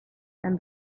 and